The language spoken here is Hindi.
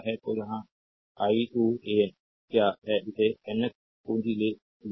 तो यहाँ i2an क्या है जिसने Nth पूँजी ले ली है